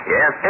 Yes